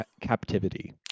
captivity